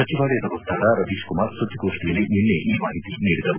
ಸಚಿವಾಲಯದ ವಕ್ತಾರ ರವೀಶ್ ಕುಮಾರ್ ಸುದ್ದಿಗೋಷ್ಣಿಯಲ್ಲಿ ನಿನ್ನೆ ಈ ಮಾಹಿತಿ ನೀಡಿದರು